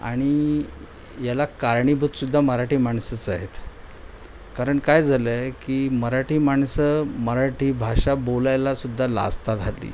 आणि याला कारणीभूत सुद्धा मराठी माणसंच आहेत कारण काय झालं आहे की मराठी माणसं मराठी भाषा बोलायला सुद्धा लाजतात हल्ली